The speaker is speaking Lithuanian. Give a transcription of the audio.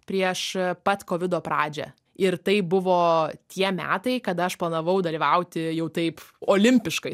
prieš pat kovido pradžią ir tai buvo tie metai kada aš planavau dalyvauti jau taip olimpiškai